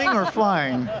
or flying?